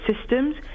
systems